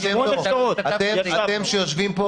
זה מה שאתם עושים.